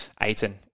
Aiton